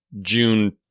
June